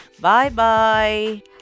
Bye-bye